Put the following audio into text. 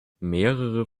mehrere